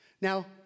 Now